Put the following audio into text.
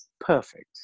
perfect